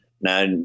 now